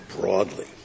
broadly